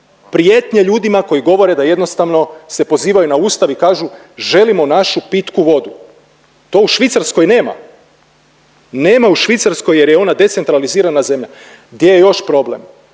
prijetnje ljudima koji govore da jednostavno se pozivaju na Ustav i kažu želimo našu pitku vodu. To u Švicarskoj nema. Nema u Švicarskoj jer je ona decentralizirana zemlja. Gdje je još problem?